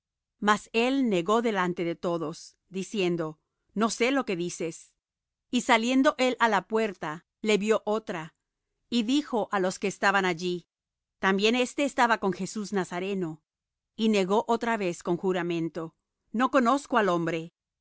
mas él negó delante de todos diciendo no sé lo que dices y saliendo él á la puerta le vió otra y dijo á los que estaban allí también éste estaba con jesús nazareno y nego otra vez con juramento no conozco al hombre